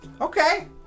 Okay